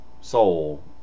soul